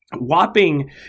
whopping